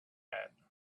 had